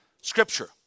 Scripture